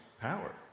power